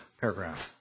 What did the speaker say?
paragraph